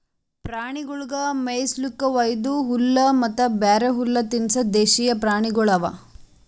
ಪ್ರಾಣಿಗೊಳಿಗ್ ಮೇಯಿಸ್ಲುಕ್ ವೈದು ಹುಲ್ಲ ಮತ್ತ ಬ್ಯಾರೆ ಹುಲ್ಲ ತಿನುಸದ್ ದೇಶೀಯ ಪ್ರಾಣಿಗೊಳ್ ಅವಾ